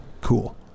cool